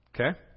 okay